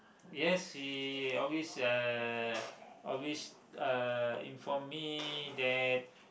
yes she always uh always uh inform me that